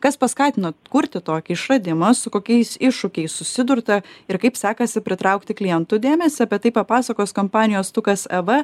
kas paskatino kurti tokį išradimą su kokiais iššūkiais susidurta ir kaip sekasi pritraukti klientų dėmesį apie tai papasakos kompanijos tukas ev